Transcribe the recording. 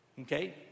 Okay